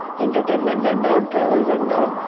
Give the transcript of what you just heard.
entertainment went down, travel went down.